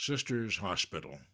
sister's hospital